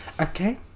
Okay